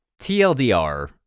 TLDR